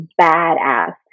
badass